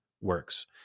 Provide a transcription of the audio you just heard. works